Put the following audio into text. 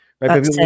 right